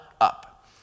up